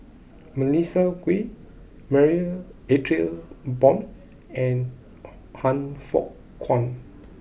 Melissa Kwee Marie Ethel Bong and Han Fook Kwang